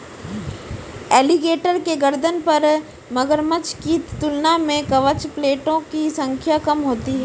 alligator के गर्दन पर मगरमच्छ की तुलना में कवच प्लेटो की संख्या कम होती है